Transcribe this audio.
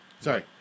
Sorry